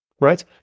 right